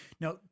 Now